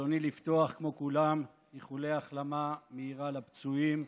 ברצוני לפתוח כמו כולם באיחולי החלמה מהירה לפצועים,